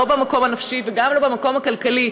לא במקום הנפשי וגם לא במקום הכלכלי,